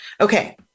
Okay